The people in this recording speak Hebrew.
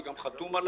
שאני גם חתום עליה,